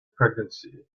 pregnancy